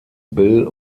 bill